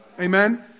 Amen